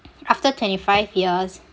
after twenty five years